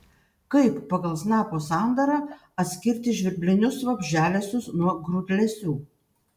kaip pagal snapo sandarą atskirti žvirblinius vabzdžialesius nuo grūdlesių